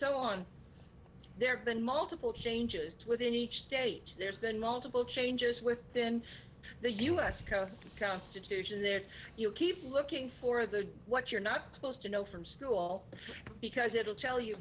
so on there been multiple changes within each state there's been multiple changes within the us constitution that you keep looking for the what you're not supposed to know from school because it will tell you